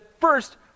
first